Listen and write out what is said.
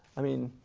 i mean,